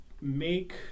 make